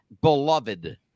beloved